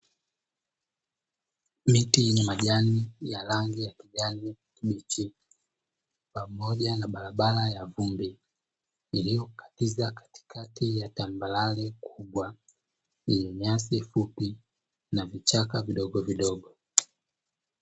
Miti yenye majani ya rangi ya kijani kibichi pamoja na barabara ya vumbi iliyokatiza katikati ya tambarare kubwa yenye nyasi fupi na vichaka vidogo vidogo.